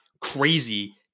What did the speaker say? crazy